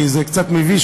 כי זה קצת מביש,